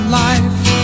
life